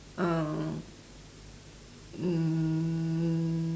um um